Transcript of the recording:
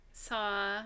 Saw